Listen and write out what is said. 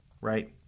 right